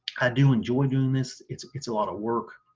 i do enjoy doing this it's it's a lot of work